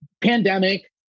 pandemic